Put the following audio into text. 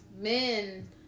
men